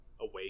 away